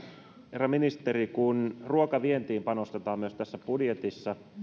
herra ministeri kun ruokavientiin panostetaan myös tässä budjetissa